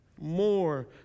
more